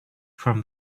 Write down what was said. from